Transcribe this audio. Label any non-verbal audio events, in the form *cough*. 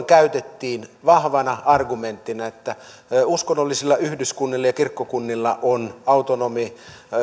*unintelligible* käytettiin vahvana argumenttina että uskonnollisilla yhdyskunnilla ja kirkkokunnilla on autonominen